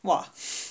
!wah!